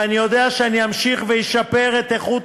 ואני יודע שאני אמשיך ואשפר את איכות